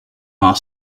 our